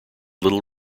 little